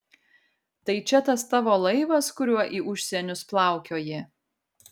tai čia tas tavo laivas kuriuo į užsienius plaukioji